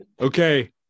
Okay